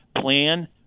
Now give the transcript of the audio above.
plan